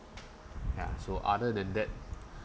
ya so other than that